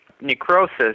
necrosis